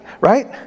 right